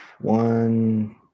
one